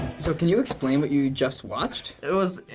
so can you explain what you just watched? it was,